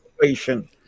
situation